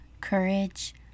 courage